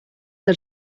del